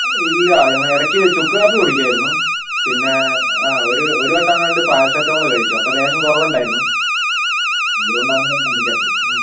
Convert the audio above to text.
ആ ഇല്ല ഞങ്ങൾ ഇടയ്ക്ക് ചുക്ക് കാപ്പി കുടിക്കുവായിരുന്നു പിന്നെ ആ ഒരു ഒരു വട്ടം എങ്ങാണ്ട് പാരസെറ്റമോൾ കഴിച്ചു അപ്പം ലേശം കുറവുണ്ടായിരുന്നു ആ